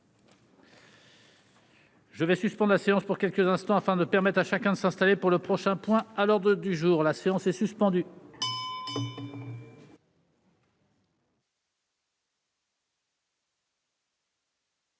Je vais suspendre la séance pour quelques instants afin de permettre à chacun de s'installer pour le prochain point à l'ordre du jour, la séance est suspendue.